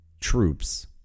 troops